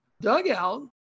dugout